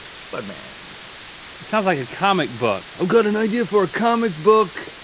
spudman. it sounds like a comic book. i've got an idea for a comic book